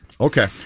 Okay